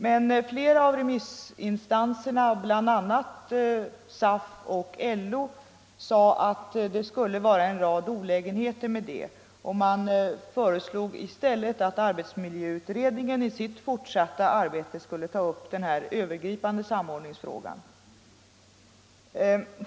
Men flera av remissinstanserna, bl.a. SAF och LO, sade att det skulle vara en rad olägenheter förenade med det, och man föreslog i stället att arbetsmiljöutredningen i sitt fortsatta arbete skulle ta upp den här övergripande samordningsfrågan.